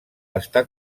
està